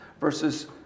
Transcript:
versus